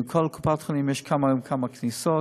לכל קופת-חולים יש כמה וכמה כניסות.